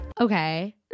Okay